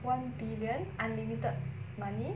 one billion unlimited money